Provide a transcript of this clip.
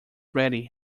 ready